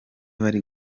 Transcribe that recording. bari